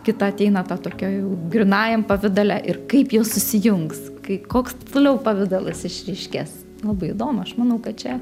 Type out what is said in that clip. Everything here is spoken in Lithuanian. kita ateina to tokio jau grynajam pavidale ir kaip jie susijungs kai koks toliau pavidalas išryškės labai įdomu aš manau kad čia